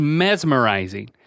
mesmerizing